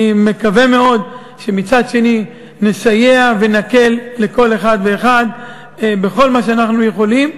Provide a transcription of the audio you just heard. אני מקווה מאוד שמצד שני נסייע ונקל לכל אחד ואחד בכל מה שאנחנו יכולים,